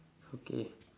okay